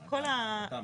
התמ"א.